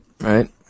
right